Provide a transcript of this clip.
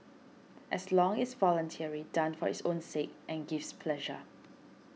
as long it's voluntary done for its own sake and gives pleasure